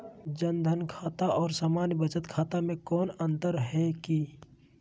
जन धन खाता और सामान्य बचत खाता में कोनो अंतर है की?